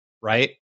right